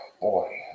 boy